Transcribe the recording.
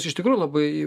jis iš tikrųjų labai